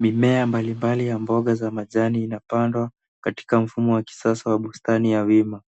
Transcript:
Mimea mbalimbali ya mboga za majani inapandwa katika mfumo wa kisasa inapandwa katika ya kisasa ya bustani ya wima.